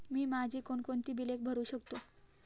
मी माझी कोणकोणती बिले भरू शकतो?